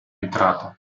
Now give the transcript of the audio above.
entrata